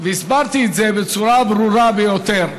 והסברתי את זה בצורה הברורה ביותר.